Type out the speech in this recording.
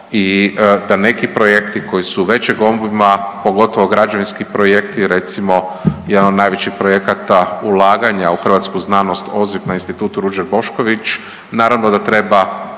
i da neki projekti koji su većeg obima, pogotovo građevinski projekti, recimo, jedan od najvećih projekata ulaganja u hrvatsku znanost, OZIP na Institutu Ruđer Bošković, naravno da treba